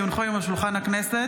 כי הונחו היום על שולחן הכנסת,